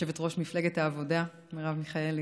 יושבת-ראש מפלגת העבודה מרב מיכאלי,